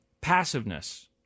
passiveness